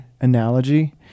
analogy